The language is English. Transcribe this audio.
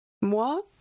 Moi